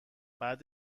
بعد